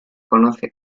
conoce